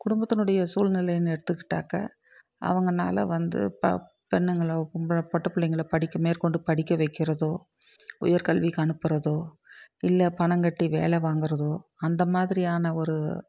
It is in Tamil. குடும்பத்துனுடைய சூழ்நிலைன்னு எடுத்துக்கிட்டாக்கா அவங்கனால வந்து ப பெண்ணுங்களை ஒரு பொம்பள பொட்ட பிள்ளைங்கள படிக்க மேற்கொண்டு படிக்க வைக்கிறதோ உயர்கல்விக்கு அனுப்புகிறதோ இல்லை பணம் கட்டி வேலை வாங்கிறதோ அந்த மாதிரியான ஒரு